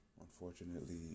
unfortunately